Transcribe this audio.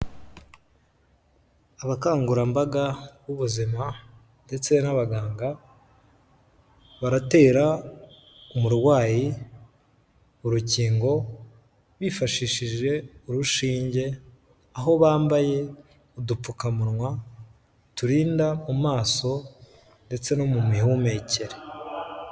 Abakangurambaga b'ubuzima ndetse n'abaganga, baratera umurwayi urukingo bifashishije urushinge, aho bambaye udupfukamunwa turinda mu maso ndetse no mu mihumekere.